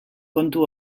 kontu